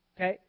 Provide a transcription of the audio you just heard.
Okay